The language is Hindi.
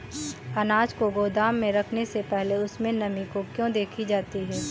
अनाज को गोदाम में रखने से पहले उसमें नमी को क्यो देखी जाती है?